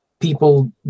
People